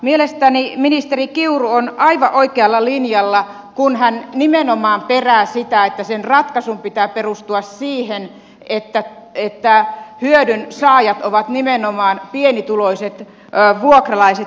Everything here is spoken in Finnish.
mielestäni ministeri kiuru on aivan oikealla linjalla kun hän nimenomaan perää sitä että sen ratkaisun pitää perustua siihen että hyödyn saajat ovat nimenomaan pienituloiset vuokralaiset